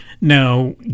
Now